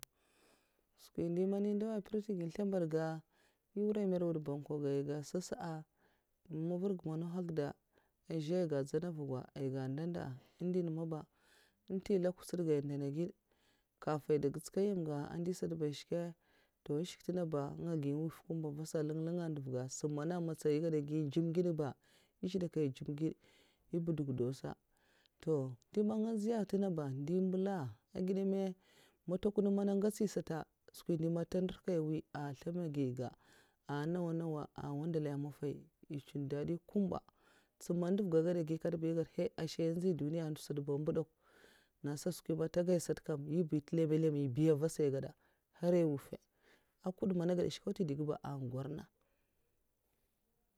Skwi ndi'man èh ndau. mprèk èn nga èn slènbad ga èn mwura marawud bwankwa'ga ai sa sa mavarh ga dzèy gèd ndjènè mvwuga a skwi ga ai ga ndè ndèndi nga ma ba èh ta nlèk ghutsud ga asata sa èn shèk mandalai ga kafi ndè dè tsukud nyèm ga ai gui mwuffè lèn'lèng ndu ndèv ga asm mana matsa èh gada djèmè gid ba èh shèdè nkaya a gèd èh buduk dausa to ndih man nga nziya tè nènga nga ba nziy mbèlènga èh gidè ma? Mtakwan man n ngwots nyè sata ana nawa nawa'wandala ènè mafahiya tè mvi dadi kumba èh shèd gid sam man nduvga awar kat èh gad kai'nziy duniya n tè vè sata kam nyè ba tè lèmmè' lèmmè adaga nkud mana shkè n aunt ntè'dè an gwar na